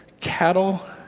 cattle